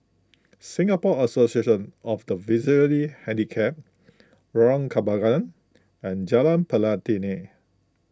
Singapore Association of the Visually Handicapped Lorong Kembangan and Jalan Pelatina